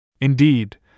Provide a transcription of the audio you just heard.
Indeed